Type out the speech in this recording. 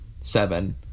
seven